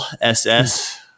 SS